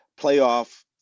playoff